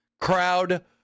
Crowd